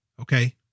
Okay